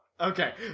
okay